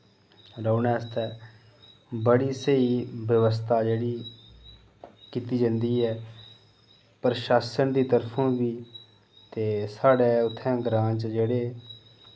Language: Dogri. रौह्ने आस्तै बड़ी स्हेई वबस्था जेह्ड़ी कीती जंदी ऐ प्रशासन दी तरफों बी ते साढ़े उत्थै ग्रां च जेह्ड़े